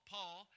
Paul